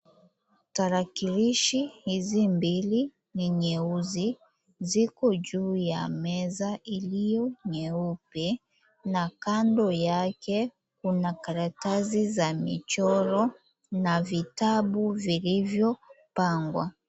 Tarakilishi hizi mbili ni nyeusi. Ziko juu ya meza iliyo nyeupe na kando yake kuna karatasi za michoro na vitabu vilivyopangwa.